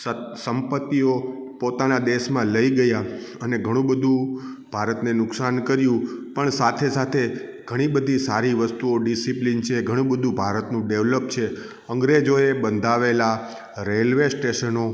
સત સંપતિઓ પોતાના દેશમાં લઈ ગયા અને ઘણું બધું ભારતને નુકશાન કર્યું પણ સાથે સાથે ઘણી બધી સારી વસ્તુઓ ડિસિપ્લિન છે ઘણું બધું ભારતનું ડેવલોપ છે અંગ્રેજોએ બંધાવેલા રેલ્વે સ્ટેશનો